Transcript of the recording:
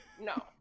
No